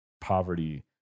poverty